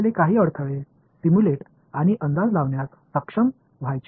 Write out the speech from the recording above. எனவே தடைகள் கொடுக்கப்பட்ட சில தளங்கள் எவை என்பதை உருவகப்படுத்தவும் கணிக்கவும் முடியும்